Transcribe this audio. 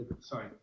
Sorry